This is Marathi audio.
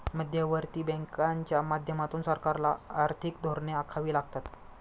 मध्यवर्ती बँकांच्या माध्यमातून सरकारला आर्थिक धोरणे आखावी लागतात